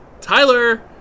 Tyler